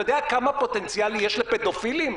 אתה יודע כמה פוטנציאל יש לפדופילים?